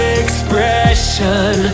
expression